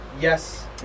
Yes